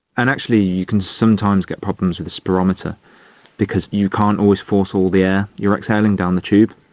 and actually you can sometimes get problems with the spirometer because you can't always force all the air. you are exhaling down the tube,